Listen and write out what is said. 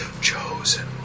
Chosen